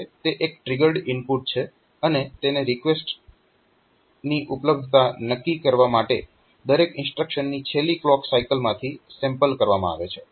તે એક triggered input છે અને તેને રીકવેસ્ટ ની ઉપલબ્ધતા નક્કી કરવા માટે દરેક ઇન્સ્ટ્રક્શનની છેલ્લી ક્લોક સાયકલમાંથી સેમ્પલ કરવામાં આવે છે